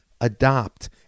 adopt